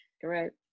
Correct